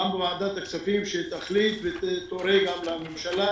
גם בוועדת הכספים שתחליט ותורה לממשלה